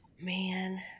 man